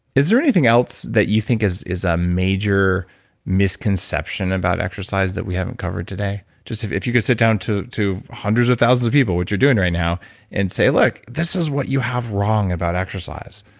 is there anything else that you think is is a major misconception about exercise that we haven't covered today? just if if you could sit down to to hundreds of thousands of people, what you're doing right now and say, look, this is what you have wrong about exercise.